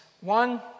One